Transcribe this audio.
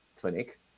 clinic